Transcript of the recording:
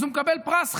אז הוא מקבל פרס,